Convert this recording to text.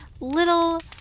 little